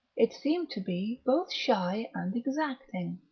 it seemed to be both shy and exacting.